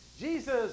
Jesus